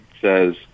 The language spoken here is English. says